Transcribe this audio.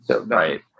Right